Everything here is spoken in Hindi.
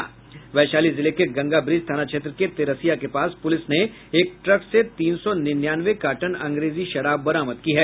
वैशाली जिले के गंगा ब्रिज थाना क्षेत्र के तेरसीया के पास पुलिस ने एक ट्रक से तीन सौ निन्यानवे कार्टन अंग्रेजी शराब बारमद की है